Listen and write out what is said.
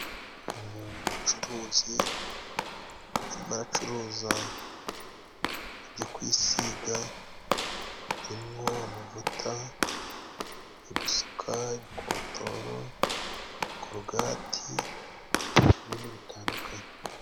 Uyu ni umucuruzi arimo aracuruza ibyo kwisiga harimwo amavuta yo gusuka, gikotoro, kologati n'ibindi bitandukanye.